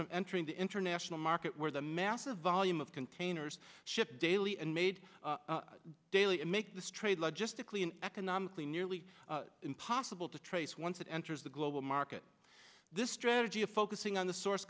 from entering the international market where the massive volume of containers shipped daily and made daily make this trade logistically and economically nearly impossible to trace once it enters the global market this strategy of focusing on the source